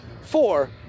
four